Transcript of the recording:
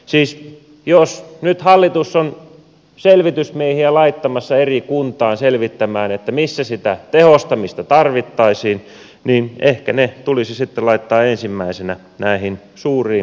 siis jos nyt hallitus on selvitysmiehiä laittamassa eri kuntiin selvittämään missä sitä tehostamista tarvittaisiin niin ehkä ne tulisi sitten laittaa ensimmäisenä näihin suuriin kaupunkeihin